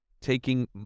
taking